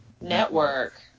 network